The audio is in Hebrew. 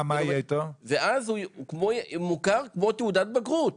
ואז הוא יוכר כמו תעודת בגרות.